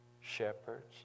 Shepherds